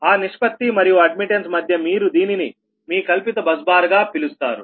ఆ నిష్పత్తి మరియు అడ్మిట్టన్స్ మధ్య మీరు దీనిని మీ కల్పిత బస్ బార్ గా పిలుస్తారు